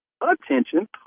attention